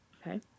Okay